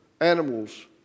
animals